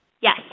Yes